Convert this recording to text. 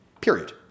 Period